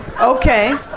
Okay